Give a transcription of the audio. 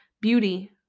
beauty